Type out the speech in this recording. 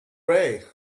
ray